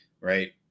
right